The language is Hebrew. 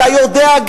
אתה יודע,